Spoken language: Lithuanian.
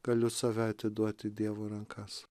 galiu save atiduoti dievui į rankas